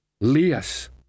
Leas